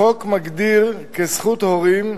החוק מגדיר זכות הורים: